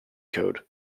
code